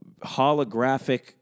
holographic